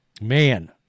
Man